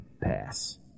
pass